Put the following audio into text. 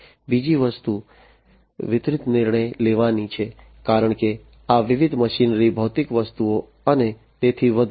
બીજી વસ્તુ વિતરિત નિર્ણય લેવાની છે કારણ કે આ વિવિધ મશીનરી ભૌતિક વસ્તુઓ અને તેથી વધુ